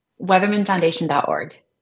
weathermanfoundation.org